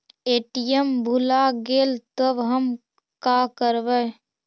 ATM भुला गेलय तब हम काकरवय?